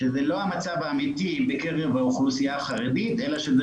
שזה לא המצב האמיתי בקרב האוכלוסייה החרדית אלא שזה